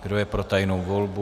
Kdo je pro tajnou volbu?